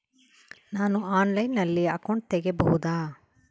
ನಾನು ಆನ್ಲೈನಲ್ಲಿ ಅಕೌಂಟ್ ತೆಗಿಬಹುದಾ?